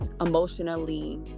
emotionally